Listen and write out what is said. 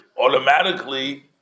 automatically